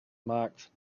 marked